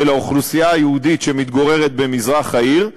של האוכלוסייה היהודית שמתגוררת במזרח העיר,